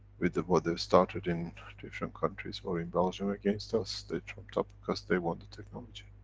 with the what they've started in different countries or in belgium against us, they trumped up because they want the technology.